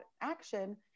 action